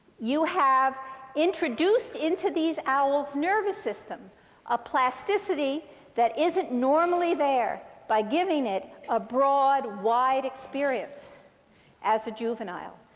you have introduced into these owls' nervous system a plasticity that isn't normally there by giving it a broad, wide experience as a juvenile.